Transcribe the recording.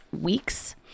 weeks